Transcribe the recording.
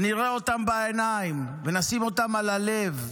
ונראה אותם בעיניים, ונשים אותם על הלב,